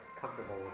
comfortable